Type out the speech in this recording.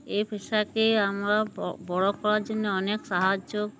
এই পেশাকে আমরা বড়ো করার জন্য অনেক সাহায্য